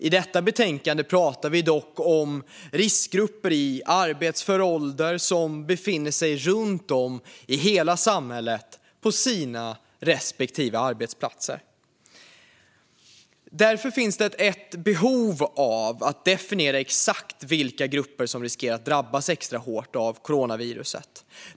I betänkandet pratar vi dock om riskgrupper i arbetsför ålder som befinner sig runt om i hela samhället, på sina respektive arbetsplatser. Det finns därför ett behov av att definiera exakt vilka grupper som riskerar att drabbas extra hårt av coronaviruset.